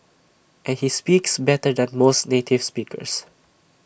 and he speaks better than most native speakers